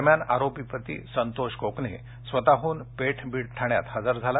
दरम्यान आरोपी पती संतोष कोकने स्वतःहून पेठ बीड ठाण्यात हजर झाला